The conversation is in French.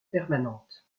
permanente